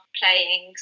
playing